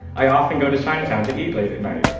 i often go to chinatown to eat late at night.